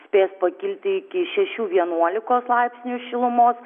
spės pakilti iki šešių vienuolikos laipsnių šilumos